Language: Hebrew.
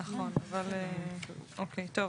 טוב,